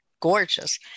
gorgeous